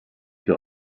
für